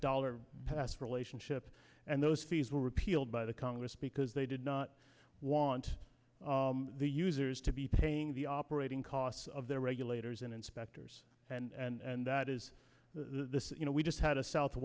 dollar pass relationship and those fees were repealed by the congress because they did not want the users to be paying the operating costs of their regulators and inspectors and that is the you know we just had a south